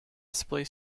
display